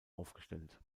aufgestellt